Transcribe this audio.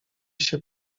się